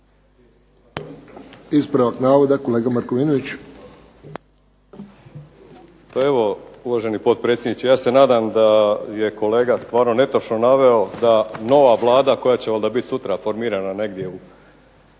**Markovinović, Krunoslav (HDZ)** Pa evo uvaženi potpredsjedniče, ja se nadam da je kolega stvarno netočno naveo da nova Vlada koja će onda biti sutra formirana negdje u